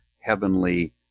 heavenly